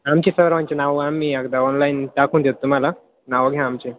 आमची सर्वांची नावं आम्ही एकदा ऑनलाईन टाकून देतो तुम्हाला नावं घ्या आमचे